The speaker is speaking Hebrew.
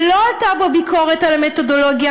ולא עלתה בו ביקורת על המתודולוגיה,